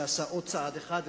שעשה עוד צעד אחד,